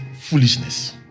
foolishness